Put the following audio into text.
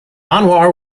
anwar